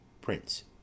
Prince